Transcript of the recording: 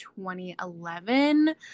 2011